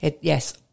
yes